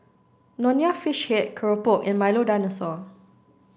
Nonya Fish Head Keropok and Milo Dinosaur